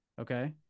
okay